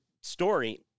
story